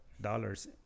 dollars